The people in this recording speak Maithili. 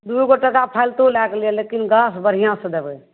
दू गो टका फालतू लए कऽ ले लेकिन गाछ बढ़िऑंसँ देबै